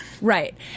Right